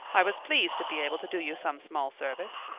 i was pleased to be able to do you some small service.